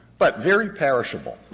but very perishable.